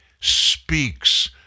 speaks